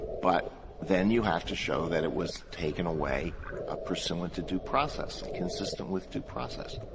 but then you have to show that it was taken away ah pursuant to due process, and consistent with due process.